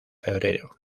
febrero